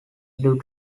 blue